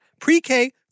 pre-K